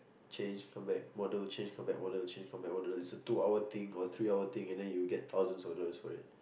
change come back model change come back model change come back model there's a two hour thing or three hour thing and then you get thousand of dollars for it